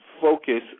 focus